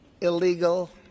illegal